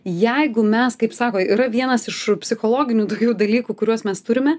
jeigu mes kaip sako yra vienas iš psichologinių tokių dalykų kuriuos mes turime